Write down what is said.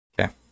Okay